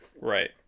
Right